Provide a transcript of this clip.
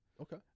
okay